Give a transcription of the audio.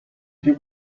più